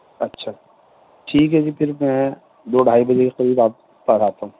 اچھا ٹھیک ہے جی پھر میں دو ڈھائی بجے کے قریب آپ کے پاس آتا ہوں